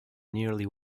nearly